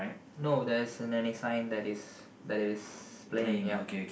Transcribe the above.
no there isn't any sign that is that is playing here